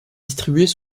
distribuées